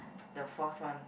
the forth one